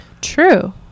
True